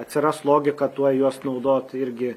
atsiras logika tuoj juos naudot irgi